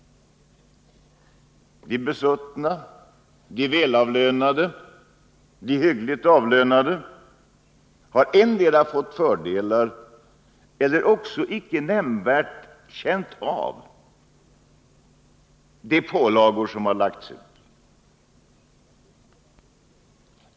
De besuttna, de välavlönade och de hyggligt avlönade har endera fått fördelar eller också icke nämnvärt känt av de pålagor som har lagts ut.